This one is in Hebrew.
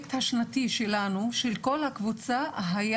שהפרויקט השנתי שלנו, של כל הקבוצה היה,